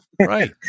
Right